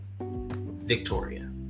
Victoria